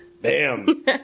bam